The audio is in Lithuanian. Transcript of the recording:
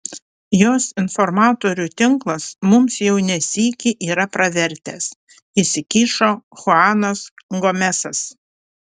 jos informatorių tinklas mums jau ne sykį yra pravertęs įsikišo chuanas gomesas